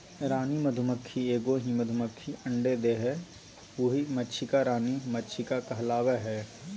रानी मधुमक्खी एगो ही मधुमक्खी अंडे देहइ उहइ मक्षिका रानी मक्षिका कहलाबैय हइ